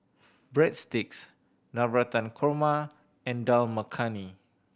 Breadsticks Navratan Korma and Dal Makhani